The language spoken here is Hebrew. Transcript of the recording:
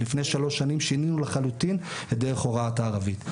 לפני שלוש שנים שינינו לחלוטין את דרך הוראת הערבית.